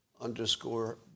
underscore